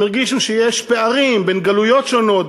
הם הרגישו שיש פערים בין גלויות שונות,